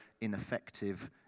ineffective